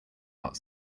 out